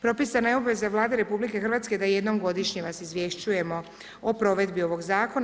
Propisana je obveza Vlade RH da jednom godišnje vas izvješćujemo o provedbi ovog zakona.